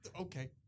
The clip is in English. Okay